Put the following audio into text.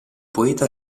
poeta